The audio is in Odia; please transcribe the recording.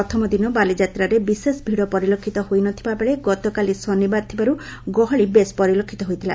ପ୍ରଥମ ଦିନ ବାଲିଯାତ୍ରାରେ ବିଶେଷ ଭିଡ଼ ପରିଲକ୍ଷିତ ହୋଇନଥିବାବେଳେ ଗତକାଲି ଶନିବାର ଥିବାରୁ ଗହଳି ବେଶ୍ ପରିଲକ୍ଷିତ ହୋଇଥିଲା